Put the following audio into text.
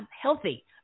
healthy